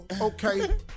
Okay